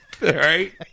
Right